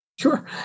Sure